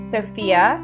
Sophia